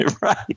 Right